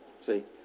See